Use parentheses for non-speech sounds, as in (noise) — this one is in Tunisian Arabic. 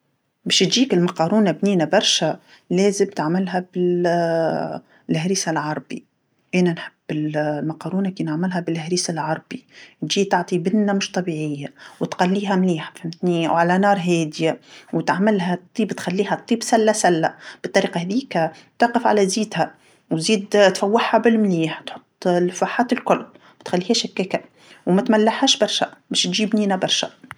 باش تجيك المقارونه بنينه برشا لازم تعملها بال- (hesitation) الهريسه العربي، أنا نحب ال-المقارونه كي نعملها بالهريسه العربي، تجي تعطي بنه مش طبيعيه، وتقليها مليح، فهمتني، وعلى نار هاديه، وتعملها تطيب تخليها تطيب سله سله، بالطريقه هاذيكا توقف على زيتها، وزيد (hesitation) تفوحها بالمليح، تحط الفاحات الكل، ماتخليهاش هكاكا، وماتملحهاش برشا باش تجي بنينه برشا.